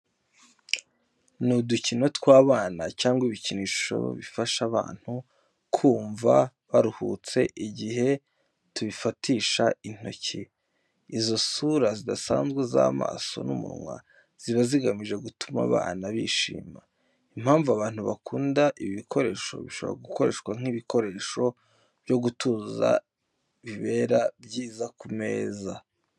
Ni udukino tw’abana cyangwa ibikinisho bifasha abantu kumva baruhutse igihe tubifatisha intoki. Izo sura zidasanzwe z'amaso n’umunwa ziba zigamije gutuma abana bishima. Impamvu abantu bakunda ibi bikoresho, bishobora gukoreshwa nk’ibikoresho byo gutuza bibera byiza ku meza.